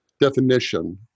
definition